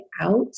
out